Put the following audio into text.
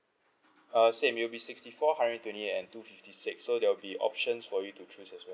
uh same it'll be sixty four hundred twenty eight and two fifty six so there'll be options for you to choose as well